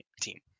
team